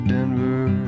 Denver